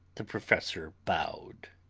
the professor bowed.